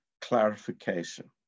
clarification